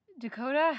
Dakota